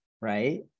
right